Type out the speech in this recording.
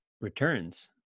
returns